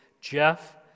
Jeff